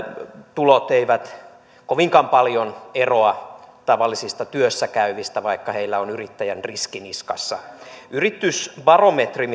tulot eivät kovinkaan paljon eroa tavallisista työssä käyvistä vaikka heillä on yrittäjän riski niskassa yritysbarometri